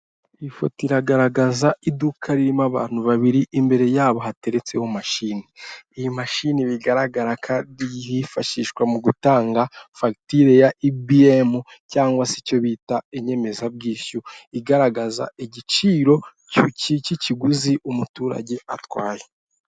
Ifoto iragaragaza iduka ririmo abantu babiri imbere yabo hateretse mashini, iyi mashini bigaragara kandi hifashishwa mu gutanga fagitire ya ibiyemu cyangwa se icyo bita inyemezabwishyu igaragaza igiciro cy'ikiguzi umuturage atwaye.